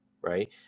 right